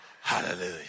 Hallelujah